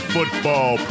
Football